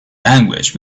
language